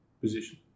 position